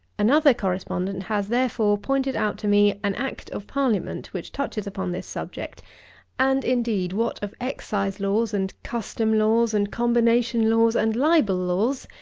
another correspondent has, therefore, pointed out to me an act of parliament which touches upon this subject and, indeed, what of excise laws and custom laws and combination laws and libel laws,